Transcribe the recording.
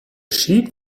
sheep